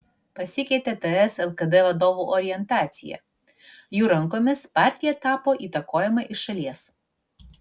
pasikeitė ts lkd vadovų orientacija jų rankomis partija tapo įtakojama iš šalies